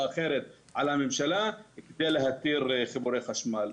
אחרת על הממשלה כדי להתיר חיבורי חשמל.